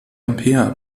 ampere